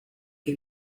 que